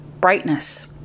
brightness